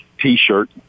t-shirt